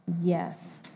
yes